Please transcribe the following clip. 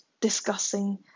discussing